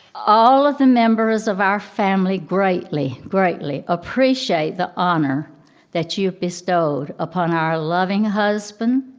all of the members of our family greatly, greatly appreciate the honor that you've bestowed upon our loving husband,